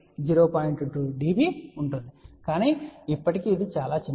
2 dB ఉంటుంది కానీ ఇప్పటికీ ఇది చాలా చిన్నది